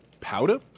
Powder